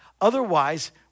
otherwise